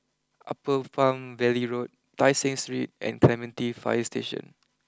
Upper Palm Valley Road Tai Seng Street and Clementi fire Station